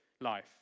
life